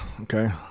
okay